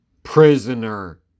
Prisoner